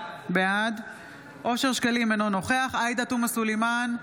בעד אושר שקלים, אינו נוכח עאידה תומא סלימאן,